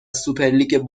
سوپرلیگ